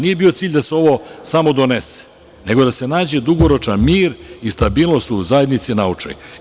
Nije bio cilj da se ovo samo donese, nego da se nađe dugoročan mir i stabilnost u zajednici naučnoj.